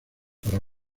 para